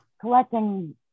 Collecting